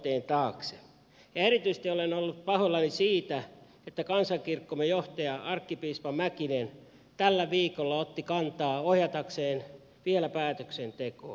ja erityisesti olen ollut pahoillani siitä että kansankirkkomme johtaja arkkipiispa mäkinen tällä viikolla otti kantaa ohjatakseen vielä päätöksentekoa